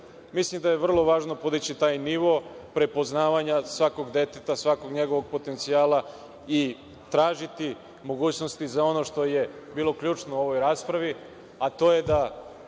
Mislim da je vrlo važno podići taj nivo prepoznavanja svakog deteta, svakog njegovog potencijala i tražiti mogućnosti za ono što je bilo ključno u ovoj raspravi, a to je da